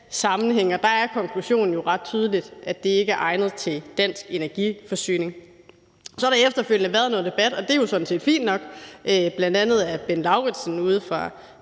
der er konklusionen jo ret tydelig, at det ikke er egnet til dansk energiforsyning. Så har der efterfølgende været noget debat, og det er jo sådan set fint nok, bl.a. af Bent Lauritsen ude fra